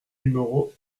numéro